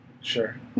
Sure